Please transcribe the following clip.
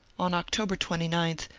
on october twenty nine,